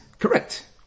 Correct